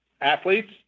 athletes